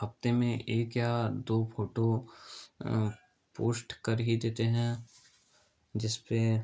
हफ़्ते में एक या दो फोटो पोस्ट कर ही देते हैं जिसपर